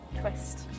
Twist